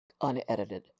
unedited